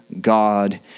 God